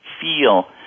feel